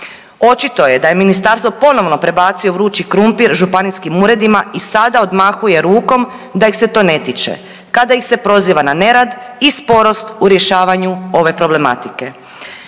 Očito je da je ministarstvo ponovno prebacio vrući krumpir županijskim uredima i sada odmahuje rukom da ih se to ne tiče kada ih se proziva na nerad i sporost u rješavanju ove problematike.